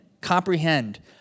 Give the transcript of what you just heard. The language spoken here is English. comprehend